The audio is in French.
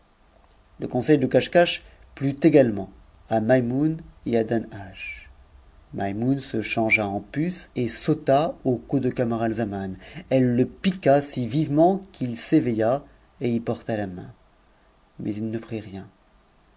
te conseil de caschcasch plut également à malmoune et à danhasch fgj joune se changea en puce et sauta au cou de camaralzaman elle e niffua si vivement qu'u s'éveilla et y porta la main mais il ne prit rien